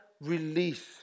release